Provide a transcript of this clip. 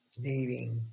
needing